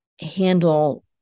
handle